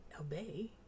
obey